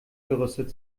gerüstet